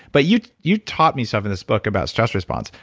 but you you taught me stuff in this book about stress response.